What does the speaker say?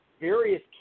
various